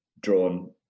drawn